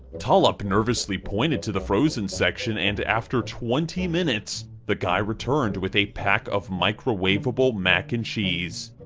tolop nervously pointed to the frozen section and, after twenty minutes, the guy returned with a pack of microwavable mac and cheese.